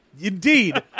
Indeed